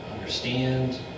understand